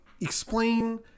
Explain